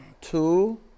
two